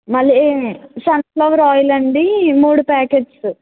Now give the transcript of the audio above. మళ్ళీ sunflower ఆయిలండి మూడు ప్యాకెట్సు